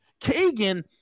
Kagan